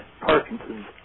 Parkinson's